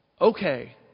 Okay